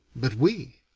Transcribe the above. but we!